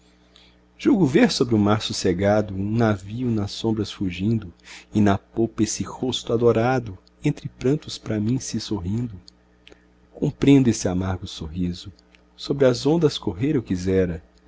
julgo ver sobre o mar sossegado um navio nas sombras fugindo e na popa esse rosto adorado entre prantos pra mim se sorrindo compreendo esse amargo sorriso sobre as ondas correr eu quisera